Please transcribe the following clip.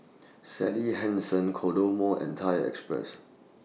Sally Hansen Kodomo and Thai Express